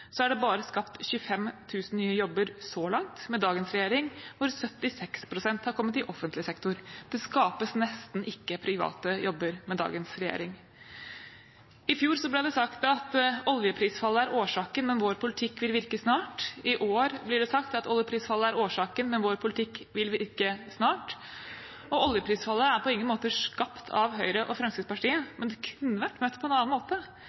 så langt med dagens regjering, hvor 76 pst. har kommet i offentlig sektor. Det skapes nesten ikke private jobber med dagens regjering. I fjor ble det sagt at oljeprisfallet er årsaken, men vår politikk vil virke snart. I år blir det sagt at oljeprisfallet er årsaken, men vår politikk vil virke snart. Oljeprisfallet er på ingen måte skapt av Høyre og Fremskrittspartiet, men kunne vært møtt på en annen måte,